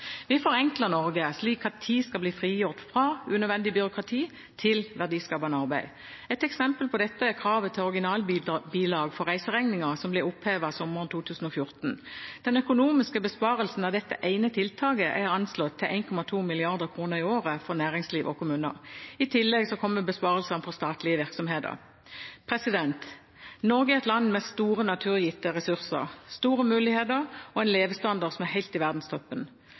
Vi forenkler Norge slik at tid skal bli frigjort fra unødvendig byråkrati til verdiskapende arbeid. Et eksempel på dette er kravet til originalbilag for reiseregninger, som ble opphevet sommeren 2014. Den økonomiske besparelsen av dette ene tiltaket er anslått til 1,2 mrd. kr i året for næringsliv og kommuner. I tillegg kommer besparelsen for statlige virksomheter. Norge er et land med store naturgitte ressurser, store muligheter og en levestandard som er helt i verdenstoppen.